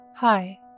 Hi